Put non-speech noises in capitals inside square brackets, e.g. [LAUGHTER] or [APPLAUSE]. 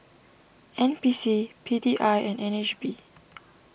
N P C P D I and N H B [NOISE]